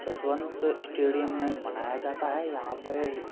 Jaswant stadium में मनाया जाता है यहाँ पर